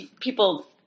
people